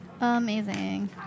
Amazing